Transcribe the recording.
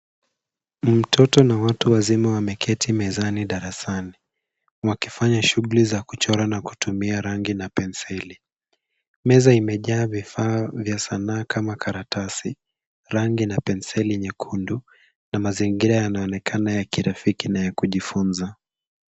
Mtoto na watu wazima wameketi mezani darasani wakifanya shughuli za kuchora na kutumia rangi na penseli. Meza imejaa vifaa vya sanaa kama karatasi, rangi na penseli nyekundu, na mazingira yanaonekana ya kirafiki na ya kujifunza.